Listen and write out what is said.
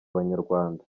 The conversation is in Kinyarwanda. abanyarwanda